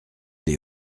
des